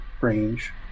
range